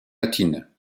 latine